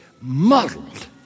muddled